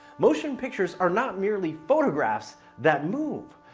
motion pictures are not merely photographs that move.